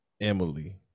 Emily